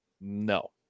no